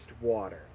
water